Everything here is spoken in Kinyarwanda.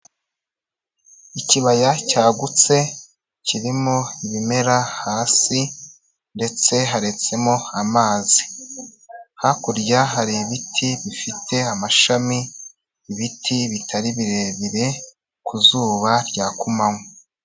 Ikibaya cyagutse kirimo ibimera hasi ndetse haretsemo amazi. Hakurya hari ibiti bifite amashami, ibiti bitari birebire, ku zuba rya kumanywa.